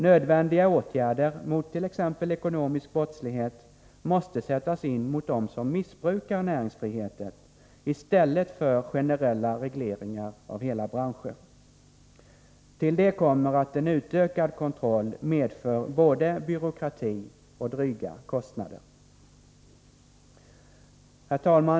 Nödvändiga åtgärder, t.ex. mot ekonomisk brottslighet, måste sättas in mot dem som missbrukar näringsfriheten i stället för generella regleringar av hela branscher. Till det kommer att en utökad kontroll medför både byråkrati och dryga kostnader.